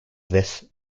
this